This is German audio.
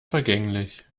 vergänglich